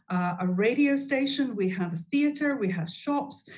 a radio station, we have a theater, we have shops,